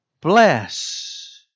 bless